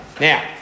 now